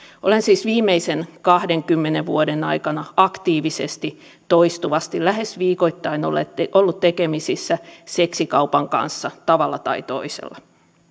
olen siis viimeisen kahdenkymmenen vuoden aikana aktiivisesti toistuvasti lähes viikoittain ollut tekemisissä seksikaupan kanssa tavalla tai toisella